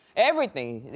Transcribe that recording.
everything.